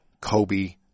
Kobe